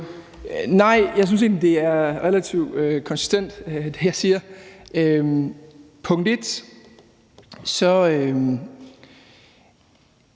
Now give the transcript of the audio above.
Nej, jeg synes egentlig, det er relativt konsistent, hvad jeg siger. Det er jo